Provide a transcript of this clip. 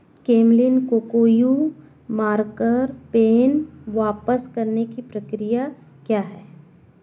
Camlin Kokuyo marker pen वापस करने की प्रक्रिया क्या है